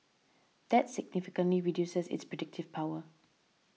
that significantly reduces its predictive power